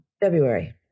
February